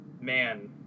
man